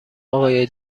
آقای